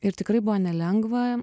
ir tikrai buvo nelengva